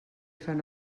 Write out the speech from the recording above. fan